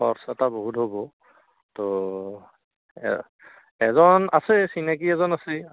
খৰচা টা বহুত হ'ব তো এ এজন আছে চিনাকী এজন আছে